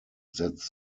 setzt